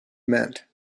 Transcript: meant